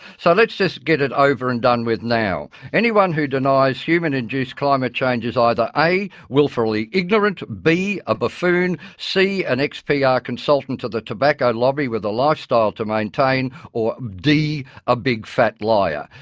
so let's just get it over and done with now. anyone who denies human induced climate change is either a wilfully ignorant, b a buffoon, c an ex-pr yeah consultant to the tobacco lobby with a lifestyle to maintain, or d a big, fat liar.